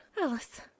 Alice